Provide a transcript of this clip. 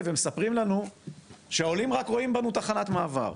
ומספרים לנו שהעולים רק רואים בנו תחנת מעבר.